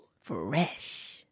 Fresh